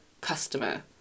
customer